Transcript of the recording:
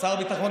שר הביטחון?